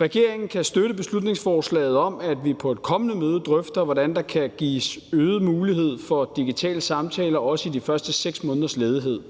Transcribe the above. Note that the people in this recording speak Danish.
Regeringen kan støtte beslutningsforslaget om, at vi på et kommende møde drøfter, hvordan der kan gives øget mulighed for digitale samtaler også i de første 6 måneders ledighed,